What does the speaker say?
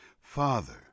Father